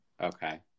Okay